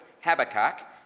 Habakkuk